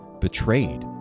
betrayed